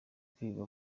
kwiga